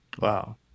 Wow